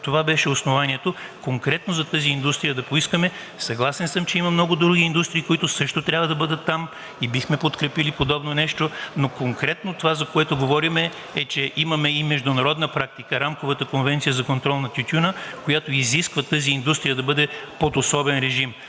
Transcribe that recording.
Това беше основанието да поискаме конкретно за тази индустрия. Съгласен съм, че има много други индустрии, които също трябва да бъдат там. Бихме подкрепили подобно нещо, но конкретно това, за което говорим, е, че имаме и международна практика – Рамковата конвенция за контрол над тютюна, която изисква тази индустрия, да бъде под особен режим.